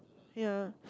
ya